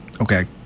okay